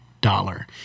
dollar